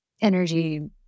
energy